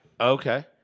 Okay